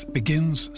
begins